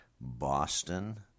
Boston